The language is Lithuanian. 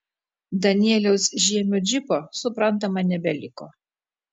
danieliaus žiemio džipo suprantama nebeliko